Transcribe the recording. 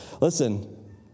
Listen